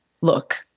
look